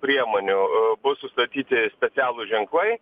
priemonių bus sustatyti specialūs ženklai